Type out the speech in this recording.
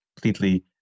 completely